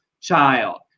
child